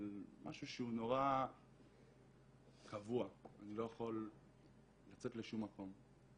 משהו שהוא נורא קבוע ואני לא יכול לצאת לשום מקום.